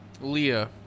Leah